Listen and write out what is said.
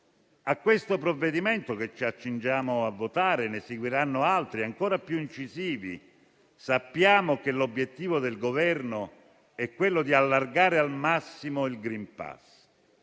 Al provvedimento che ci accingiamo a votare seguiranno altri ancora più incisivi. Sappiamo che l'obiettivo del Governo è quello di allargare al massimo il *green pass*.